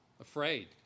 afraid